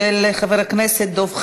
של חבר הכנסת דב חנין,